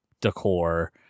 decor